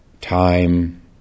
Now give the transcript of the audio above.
time